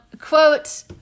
Quote